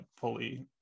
fully